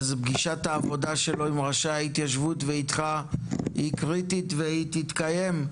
אז פגישת העבודה שלו עם ראשי ההתיישבות ואיתך היא קריטית והיא תתקיים.